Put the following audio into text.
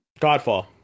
Godfall